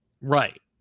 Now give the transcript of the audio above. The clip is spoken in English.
Right